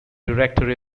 director